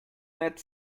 nett